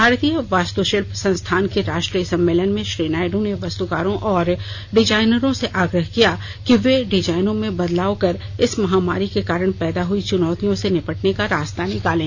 भारतीय वास्तुशिल्प संस्थान के राष्ट्रीय सम्मेलन में श्री नायडू ने वास्तुकारों और डिजाइनरों से आग्रह किया कि वे डिजाइनों में बदलाव कर इस महामारी के कारण पैदा हुई चुनौतियों से निपटने का रास्ता निकालें